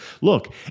Look